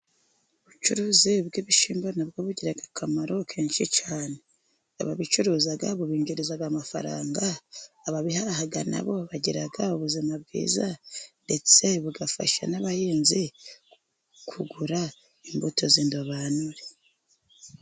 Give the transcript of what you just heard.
Ubucuruzi bw'ibishinmbo na bwo bugira akamaro kenshi cyane ,ababicuruza bubininjiriza amafaranga ,ababihaha na bo bagira ubuzima bwiza ndetse bugafasha n'abahinzi kugura imbuto z'indobanure.